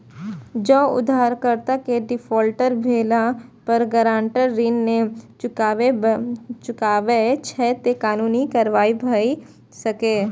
जौं उधारकर्ता के डिफॉल्टर भेला पर गारंटर ऋण नै चुकबै छै, ते कानूनी कार्रवाई भए सकैए